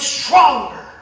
stronger